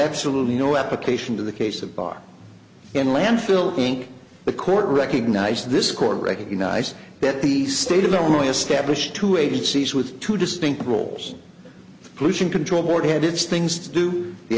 absolutely no application to the case of bar in landfill think the court recognizes this court recognized that the state of illinois established two agencies with two distinct rules pollution control board had its things to do the